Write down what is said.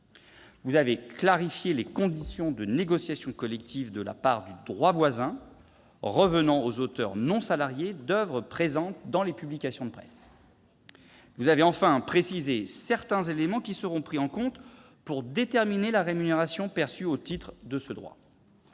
Vous avez clarifié les conditions de la négociation collective de la part du droit voisin revenant aux auteurs non salariés d'oeuvres présentes dans les publications de presse. Vous avez enfin précisé certains éléments qui seront pris en compte pour déterminer la rémunération perçue au titre de ce droit.